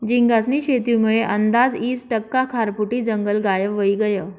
झींगास्नी शेतीमुये आंदाज ईस टक्का खारफुटी जंगल गायब व्हयी गयं